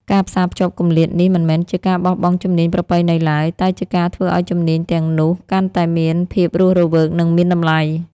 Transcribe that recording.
ការផ្សារភ្ជាប់គម្លាតនេះមិនមែនជាការបោះបង់ជំនាញប្រពៃណីឡើយ តែជាការធ្វើឱ្យជំនាញទាំងនោះកាន់តែមានភាពរស់រវើកនិងមានតម្លៃ។